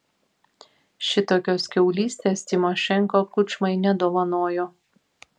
šitokios kiaulystės tymošenko kučmai nedovanojo